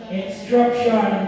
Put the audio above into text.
instruction